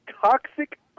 toxic